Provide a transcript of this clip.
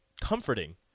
comforting